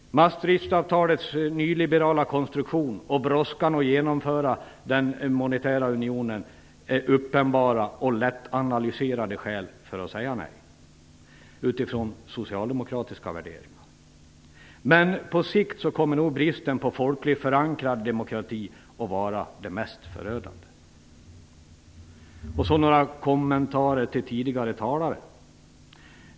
Maastrichtavtalets nyliberala konstruktion samt brådskan att genomföra den monetära unionen är uppenbara och lättanalyserade skäl för ett nej - utifrån socialdemokratiska värderingar. Men på sikt kommer nog bristen på folkligt förankrad demokrati att vara det mest förödande. Sedan några kommentarer till vad tidigare talare har sagt.